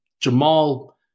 Jamal